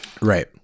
Right